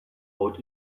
out